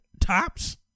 tops